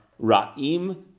ra'im